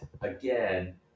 again